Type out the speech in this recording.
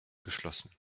geschlossen